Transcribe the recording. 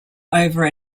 over